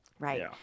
right